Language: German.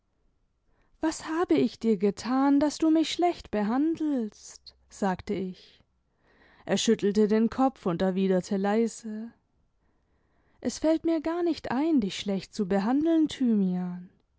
was habe ich dir getan daß du mich schlecht behandelst sagte ich er schüttelte den kopf und erwiderte leise es fällt mir gar nicht ein dich schlecht zu behandeln thymian